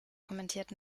kommentiert